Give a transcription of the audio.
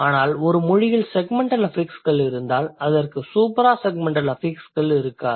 ஆனால் ஒரு மொழியில் செக்மெண்டல் அஃபிக்ஸ்கள் இருந்தால் அதற்கு சூப்ராசெக்மெண்டல் அஃபிக்ஸ்கள் இருக்காது